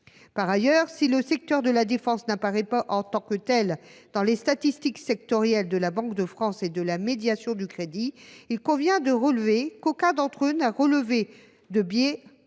Par ailleurs, si le secteur de la défense n’apparaît pas en tant que tel dans les statistiques sectorielles de la Banque de France et de la médiation du crédit, il convient de relever qu’aucun d’entre eux n’a relevé de biais